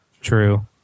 True